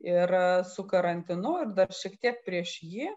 ir su karantinu ir dar šiek tiek prieš jį